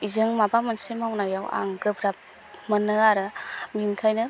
एजों माबा मोनसे मावनायाव आं गोब्राब मोनो आरो बेनिखायनो